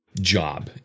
job